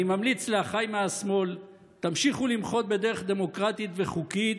אני ממליץ לאחיי מהשמאל: תמשיכו למחות בדרך דמוקרטית וחוקית,